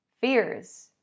fears